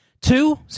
two